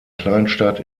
kleinstadt